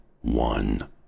one